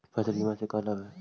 फसल बीमा से का लाभ है?